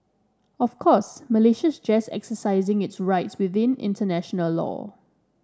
of course Malaysia is just exercising its rights within international law